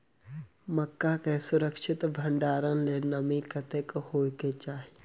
मक्का केँ सुरक्षित भण्डारण लेल नमी कतेक होइ कऽ चाहि?